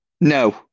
No